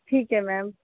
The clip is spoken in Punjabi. ਠੀਕ ਹੈ ਮੈਮ